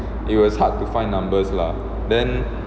it was hard to find numbers lah then